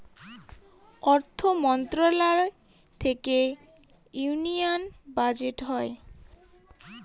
অর্থ মন্ত্রণালয় থেকে ইউনিয়ান বাজেট হয়